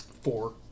Four